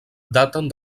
daten